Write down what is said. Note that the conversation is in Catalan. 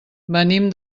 venim